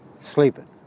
sleeping